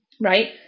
Right